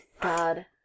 God